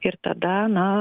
ir tada na